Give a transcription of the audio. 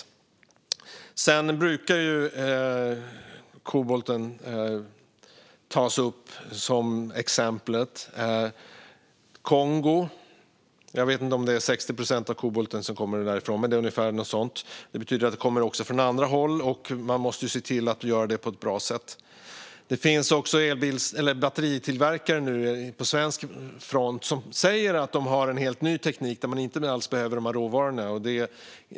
Kobolten brukar tas upp som ett exempel. Jag tror att ungefär 60 procent av kobolten kommer från Kongo. Det betyder att det också kommer från andra håll. Man måste se till att göra detta på ett bra sätt. Det finns nu också batteritillverkare på svensk front som säger att de har en helt ny teknik där man inte alls behöver de här råvarorna.